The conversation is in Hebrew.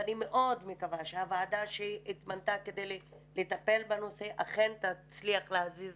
ואני מאוד מקווה שהוועדה שהתמנתה כדי לטפל בנושא אכן תצליח להזיז